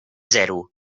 zero